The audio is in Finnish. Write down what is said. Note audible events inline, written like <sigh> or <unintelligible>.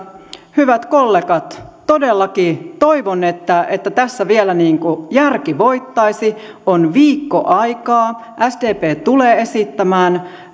hyvät kollegat todellakin toivon että että tässä vielä järki voittaisi on viikko aikaa sdp tulee esittämään <unintelligible>